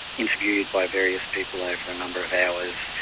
interviewed by various people over a number of hours,